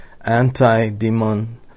anti-demon